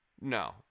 No